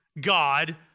God